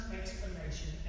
explanation